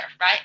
right